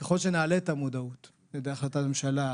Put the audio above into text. ככל שנעלה את המודעות על ידי החלטת ממשלה,